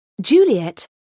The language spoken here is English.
Juliet